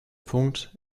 punkt